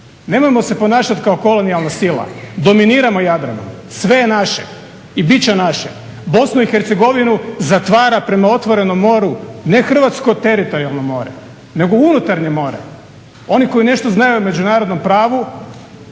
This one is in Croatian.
Nemojmo se ponašati kao kolonijalna sila. Dominiramo Jadranom, sve je naše i bit će naše. Bosnu i Hercegovinu zatvara prema Otvorenom moru ne Hrvatsko teritorijalno more nego unutarnje more. Oni koji nešto znaju o međunarodnom pravu